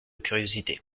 curiosité